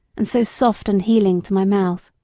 and so soft and healing to my mouth.